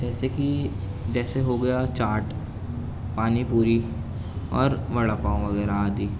جیسے کی جیسے ہو گیا چاٹ پانی پوری اور وڑا پاؤ وغیرہ آدی